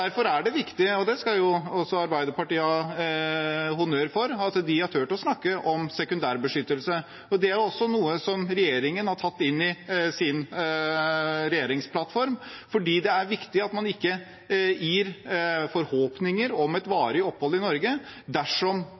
det skal jo Arbeiderpartiet ha honnør for at de har turt – å snakke om sekundærbeskyttelse. Det er også noe regjeringen har tatt inn i sin regjeringsplattform, fordi det er viktig at man ikke gir forhåpninger om varig opphold i Norge dersom